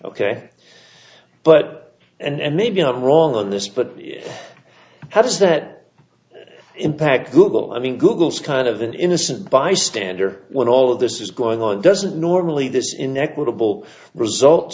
but and maybe i'm wrong on this but how does that impact google i mean google's kind of an innocent bystander when all of this is going on doesn't normally this inequitable result